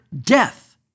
death